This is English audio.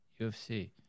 UFC